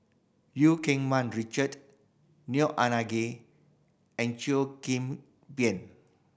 Eu Keng Mun Richard Neo Anngee and Cheo Kim Ban